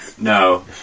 No